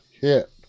hit